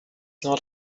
not